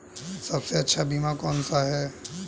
सबसे अच्छा बीमा कौन सा है?